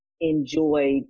enjoy